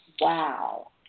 Wow